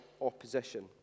opposition